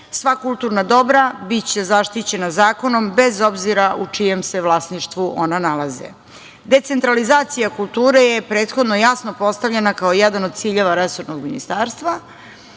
sva kulturna dobra biće zaštićena zakonom, bez obzira u čijem se vlasništvu ona nalaze. Decentralizacija kulture je prethodno jasno postavljena kao jedan od ciljeva resornog ministarstva,